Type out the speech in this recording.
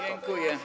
Dziękuję.